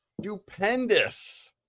stupendous